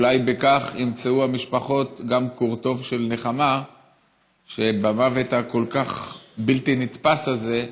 אולי בכך ימצאו המשפחות גם קורטוב של נחמה במוות הכל-כך בלתי נתפס הזה,